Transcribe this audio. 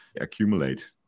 accumulate